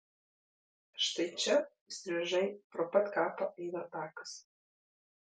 štai čia įstrižai pro pat kapą eina takas